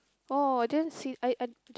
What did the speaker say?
oh I didn't see I I